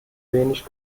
wenig